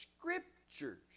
Scriptures